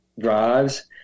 drives